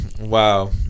wow